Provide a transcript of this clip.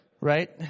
right